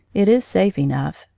it is safe enough.